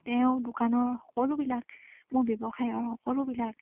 তেওঁ দোকানৰ সকলোবিলাক মোৰ ব্যৱসায়ৰ সকলোবিলাক